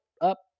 up